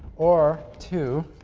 or two,